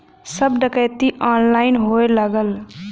सब डकैती ऑनलाइने होए लगल